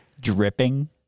Dripping